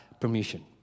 permission